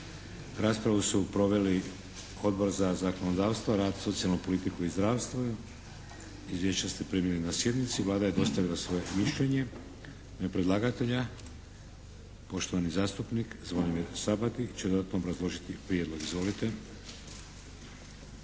Raspravu su proveli: Odbor za zakonodavstvo, rad, socijalnu politiku i zdravstvo. Izvješća ste primili na sjednici. Vlada je dostavila svoje mišljenje. U ime predlagatelja poštovani zastupnik Zvonimir Sabati će dodatno obrazložiti prijedlog. Izvolite.